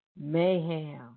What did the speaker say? Mayhem